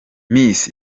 miss